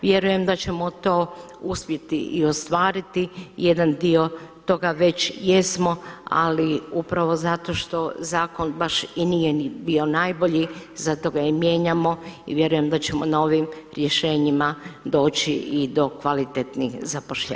Vjerujem da ćemo to uspjeti i ostvariti i jedan dio toga već jesmo ali upravo zato što zakon baš i nije ni bio najbolji, zato ga i mijenjamo i vjerujem da ćemo novim rješenjima doći i do kvalitetnih zapošljavanja.